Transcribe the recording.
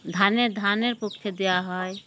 ধানের ধানের পক্ষে দেওয়া হয়